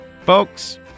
Folks